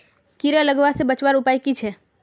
कीड़ा लगवा से बचवार उपाय की छे?